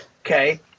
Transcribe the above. Okay